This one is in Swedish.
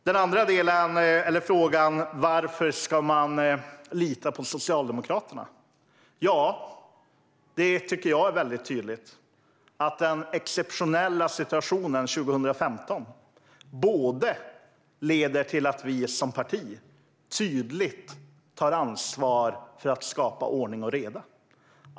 Den andra frågan var varför man ska lita på Socialdemokraterna. Ja, det tycker jag är väldigt tydligt. Den exceptionella situationen 2015 leder till att vi som parti tydligt tar ansvar för att skapa ordning och reda.